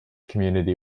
community